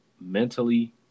mentally